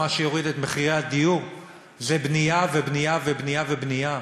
מה שיוריד את מחירי הדיור זה בנייה ובנייה ובנייה ובנייה.